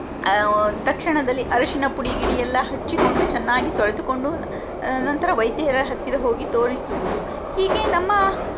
ತಕ್ಷಣದಲ್ಲಿ ಅರಶಿಣ ಪುಡಿ ಗಿಡಿ ಎಲ್ಲ ಹಚ್ಚಿಕೊಂಡು ಚೆನ್ನಾಗಿ ತೊಳೆದುಕೊಂಡು ನಂತರ ವೈದ್ಯರ ಹತ್ತಿರ ಹೋಗಿ ತೋರಿಸುವುದು ಹೀಗೇ ನಮ್ಮ